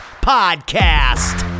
podcast